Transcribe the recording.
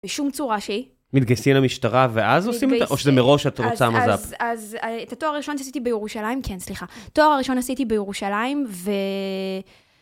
בשום צורה שהיא... מתגייסים למשטרה ואז עושים את זה? מתגייסים. או שזה מראש את רוצה מז"פ? אז אז אז אה את התואר הראשון שעשיתי בירושלים, כן, סליחה. תואר הראשון עשיתי בירושלים, ו...